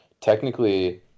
technically